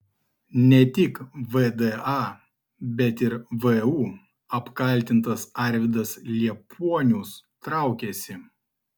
ne tik vda bet ir vu apkaltintas arvydas liepuonius traukiasi